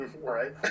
Right